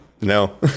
no